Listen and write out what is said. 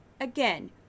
Again